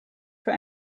für